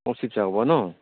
অঁ শিৱসাগৰৰপৰা ন